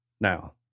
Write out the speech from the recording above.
Now